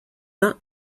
not